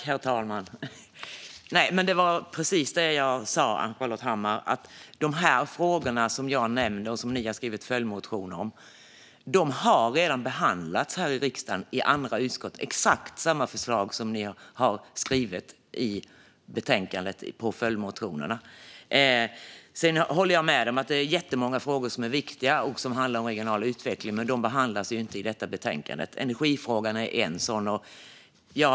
Herr talman! Det som jag sa, Ann-Charlotte Hammar Johnsson, var att de frågor som jag nämner och som ni har skrivit följdmotioner om har redan behandlats här i riksdagen i andra utskott, exakt samma förslag som ni tar upp i följdmotionerna och som tas upp i betänkandet. Jag håller med om att det är jättemånga frågor som är viktiga och som handlar om regional utveckling. Men de behandlas inte i detta betänkande. Energifrågan är en sådan fråga.